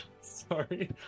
Sorry